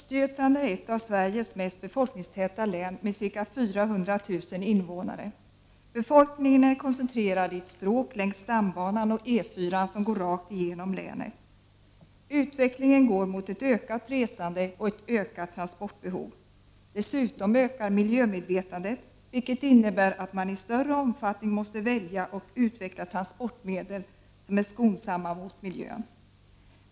Fru talman! Östergötland är ett av Sveriges mest befolkningstäta län med ca 400 000 invånare. Befolkningen är koncentrerad i ett stråk längs stambanan och E4:an som går rakt igenom länet. Utvecklingen går mot ett ökat resande och ett ökat transportbehov. Dessutom ökar miljömedvetandet, vilket innebär att man i större omfattning måste välja och utveckla transportmedel som är skonsamma mot miljön.